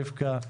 רבקה.